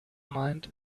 mind